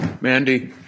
Mandy